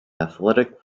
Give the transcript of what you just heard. athletic